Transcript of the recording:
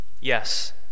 Yes